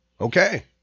Okay